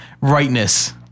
rightness